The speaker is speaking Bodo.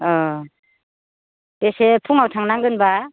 अह बेसे फुङाव थांनांगोन बा